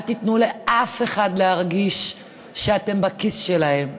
אל תיתנו לאף אחד להרגיש שאתם בכיס שלו.